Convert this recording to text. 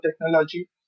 technology